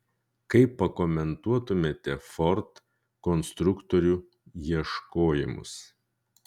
kaip pakomentuotumėte ford konstruktorių ieškojimus